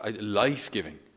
life-giving